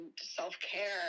self-care